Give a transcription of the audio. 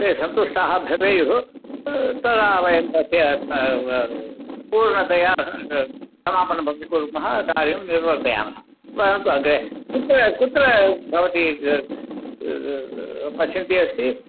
ते सन्तुष्टाः भवेयुः तदा वयं तस्य ब व पूर्णतया समापनम् भवद्भिः कुर्मः कार्यं निर्वर्तयामः परन्तु अग्रे कुत्र कुत्र भवती पश्यन्ती अस्ति